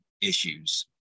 issues